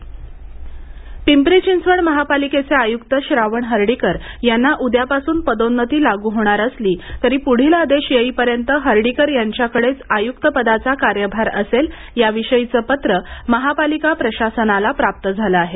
श्रावण हर्डीकर पिंपरी चिंचवड महापालिकेचे आयुक्त श्रावण हर्डीकर यांना उद्यापासून पदोन्नती लागू होणार असली तरी पुढील आदेश येईपर्यंत हर्डीकर यांच्याकडेच आयुक्तपदाचा कार्यभार असेल याविषयीचं पत्र महापालिका प्रशासनाला प्राप्त झाले आहे